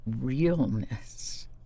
realness